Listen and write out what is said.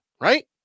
right